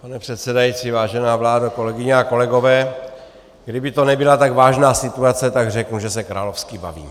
Pane předsedající, vážená vládo, kolegyně a kolegové, kdyby to nebyla tak vážná situace, tak řeknu, že se královsky bavím.